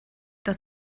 dass